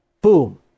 boom